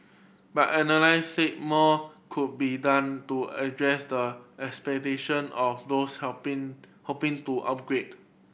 but analysts said more could be done to address the aspiration of those helping hoping to upgrade